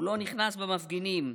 הוא לא נכנס במפגינים,